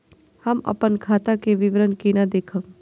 हम अपन खाता के विवरण केना देखब?